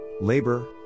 labor